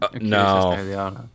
No